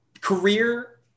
career